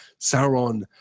Sauron